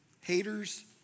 Haters